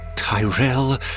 Tyrell